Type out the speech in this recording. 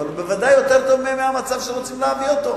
אבל הוא ודאי יותר טוב מהמצב שרוצים להעביר.